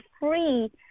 free